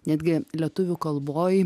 netgi lietuvių kalboj